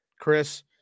Chris